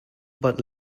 but